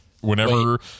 whenever